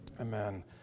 Amen